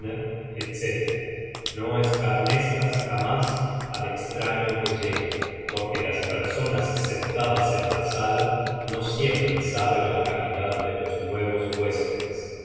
etc no escarnezcas jamás al estraño que llega porque las personas sentadas en la sala no siempre saben la calidad de los nuevos huéspedes